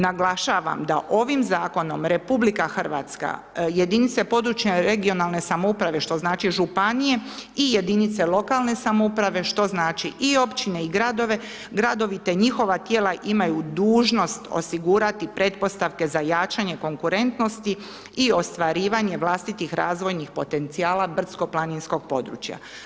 Naglašavam da ovim zakonom RH, jedinice područje regionalne samouprave, što znači županije i jedinice lokalne samouprave, što znači i općine i gradovi, te njihova tijela imaju dužnost osigurati pretpostavke za jačanje konkurentnosti i ostvarivanje vlastitih razvojnih potencijala brdsko planinskog područja.